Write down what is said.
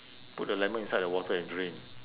put the lemon inside the water and drink